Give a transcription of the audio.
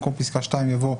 במקום פסקה (2) יבוא: